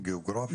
גיאוגרפית?